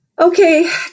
Okay